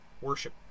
worship